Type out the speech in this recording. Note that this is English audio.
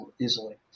easily